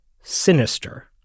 sinister